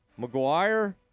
McGuire